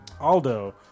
Aldo